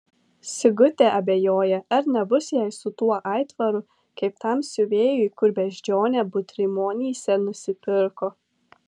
sigutė abejoja ar nebus jai su tuo aitvaru kaip tam siuvėjui kur beždžionę butrimonyse nusipirko